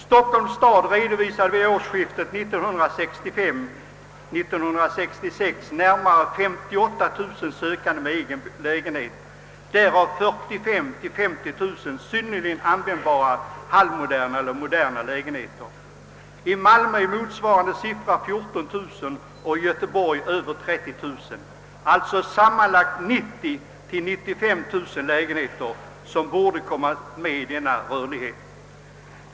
Stockholms stad redovisade vid årsskiftet 1965—1966 närmare 58 000 sökande med egen lägenhet, och av dem hade 45 000—50 000 synnerligen användbara halvmoderna eller moderna lägenheter. I Malmö är motsvarande siffra 14 000 och i Göteborg över 30 000. Det finns alltså sammanlagt 90 000—95 000 lägenheter som borde komma med i denna rörlighet.